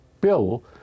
bill